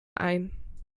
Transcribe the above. ein